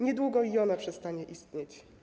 Niedługo i ona przestanie istnieć.